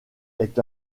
est